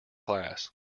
class